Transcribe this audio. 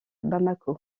bamako